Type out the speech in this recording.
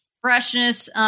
Freshness